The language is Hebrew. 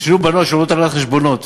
תשאלו בנות שלומדות הנהלת חשבונות